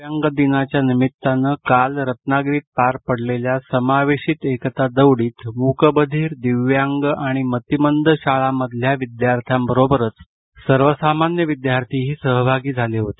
दिव्यांग दिनाच्या निमित्तानं काल रत्नागिरीत पार पडलेल्या समावेशित एकता दौडीत मूकबधिर दिव्यांग आणि मतिमंद शाळांमधल्या विद्यार्थ्यांबरोबरच सर्वसामान्य विद्यार्थीही सहभागी झाले होते